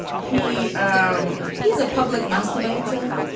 he. um he's a public masturbator.